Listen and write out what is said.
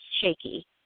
shaky